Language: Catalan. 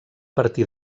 partir